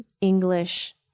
English